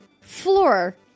Floor